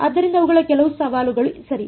ಆದ್ದರಿಂದ ಅವುಗಳು ಕೆಲವು ಸವಾಲುಗಳಾಗಿವೆ ಸರಿ